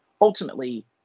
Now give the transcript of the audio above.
ultimately